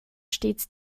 stets